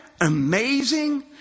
amazing